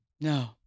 no